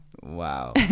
Wow